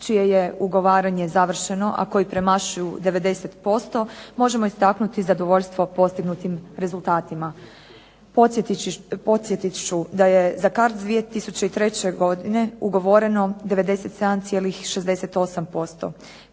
čije je ugovaranje završeno, a koji premašuju 90% možemo istaknuti zadovoljstvo postignutim rezultatima. Podsjetiti ću da je za CARDS 2003. godine ugovoreno 97,68%,